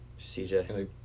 CJ